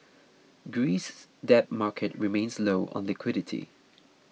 Greece's debt market remains low on liquidity